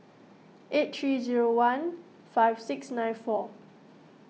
eight three zero one five six nine four